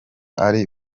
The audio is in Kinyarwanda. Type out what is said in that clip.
ari